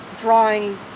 drawing